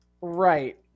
right